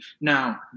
Now